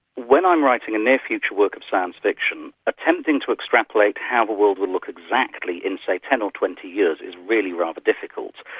when i'm writing a near future work of science fiction, attempting to extrapolate how the world will look exactly in say, ten or twenty years is really rather difficult.